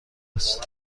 است